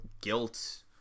guilt